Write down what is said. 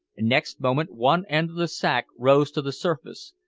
next moment one end of the sack rose to the surface.